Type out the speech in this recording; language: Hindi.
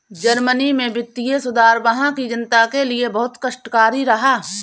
जर्मनी में वित्तीय सुधार वहां की जनता के लिए बहुत कष्टकारी रहा